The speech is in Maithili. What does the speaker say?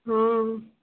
हँ